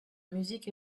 musique